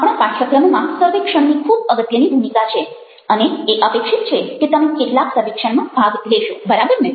આપણા પાઠ્યક્રમમાં સર્વેક્ષણની ખૂબ અગત્યની ભૂમિકા છે અને એ અપેક્ષિત છે કે તમે કેટલાક સર્વેક્ષણમાં ભાગ લેશો બરાબરને